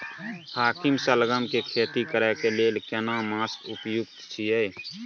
हाकीम सलगम के खेती करय के लेल केना मास उपयुक्त छियै?